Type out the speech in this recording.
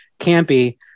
campy